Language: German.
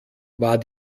war